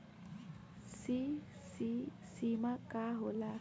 CC सीमा का होला?